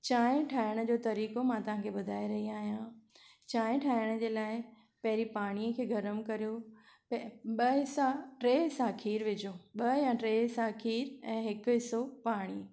चांहि ठाहिण जो तरीक़ो मां तव्हांखे ॿुधाए रही आहियां चांहि ठाहिण जे लाइ पहिरी पाणीअ खे गरमु करियो ॿ हिसा टे हिसा खीरु विझो ॿ या टे हिसा खीर ऐं हिकु हिसो पाणी